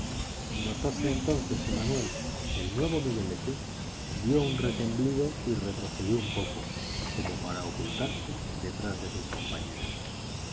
notóse entonces que manuel el nuevo miguelete dio un retemblido y retrocedió un poco como para ocultarse detrás de sus compañeros